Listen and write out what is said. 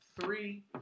three